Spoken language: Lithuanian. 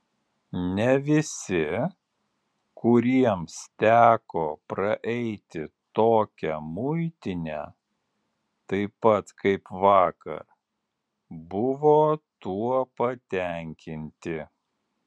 ne visi kuriems teko praeiti tokią muitinę taip pat kaip vakar buvo tuo patenkinti